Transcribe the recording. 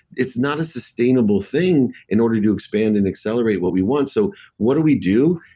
it's not a sustainable thing, in order to expand and accelerate what we want. so what do we do?